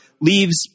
leaves